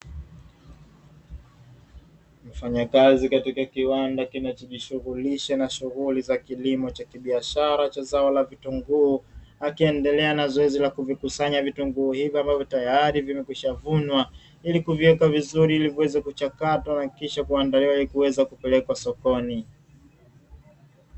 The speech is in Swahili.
Mfanyakazi wa kiwanda kinachojishughulisha na shughuli za kilimo cha kibiashara cha zao la vitunguu, akiendelea na zoezi la kuvikusanya vitunguu hivyo ambavyo tayari vimekwishavunwa, ili kuviweka vizuri ili viweze kuchakatwa na kisha kuandaliwa ili kuweza kupelekwa sokoni.